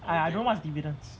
I I don't know what's dividends